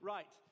Right